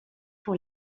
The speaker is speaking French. pour